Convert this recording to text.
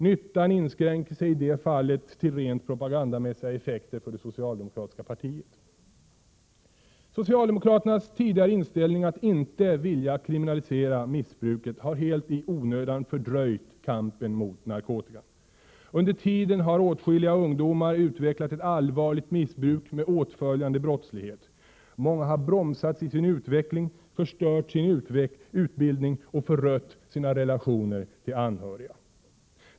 Nyttan inskränker sig i det fallet till rent propagandamässiga effekter för det socialdemokratiska partiet. Socialdemokraternas tidigare inställning att inte vilja kriminalisera narkotikamissbruket har helt i onödan fördröjt kampen mot narkotikan. Under tiden har åtskilliga ungdomar utvecklat ett allvarligt missbruk med åtföljande brottslighet. Många har bromsats i sin utveckling, förstört sin utbildning och förött sina relationer till anhöriga.